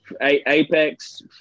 Apex